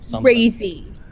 crazy